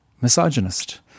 misogynist